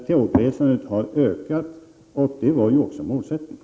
Tågresandet har alltså ökat, och det var målsättningen.